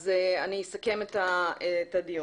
אז אני אסכם את הדיון.